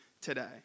today